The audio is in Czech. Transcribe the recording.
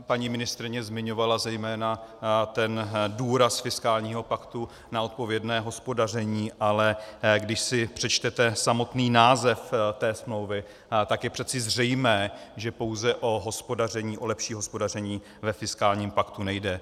Paní ministryně zmiňovala zejména důraz fiskálního paktu na odpovědné hospodaření, ale když si přečtete samotný název té smlouvy, tak je přece zřejmé, že pouze o lepší hospodaření ve fiskálním paktu nejde.